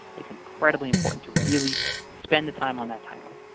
it's incredibly important to really spend the time on that title.